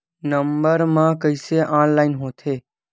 Number मा कइसे online होथे?